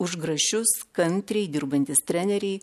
už grašius kantriai dirbantys treneriai